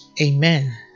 Amen